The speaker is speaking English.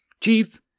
Chief